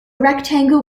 rectangle